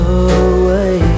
away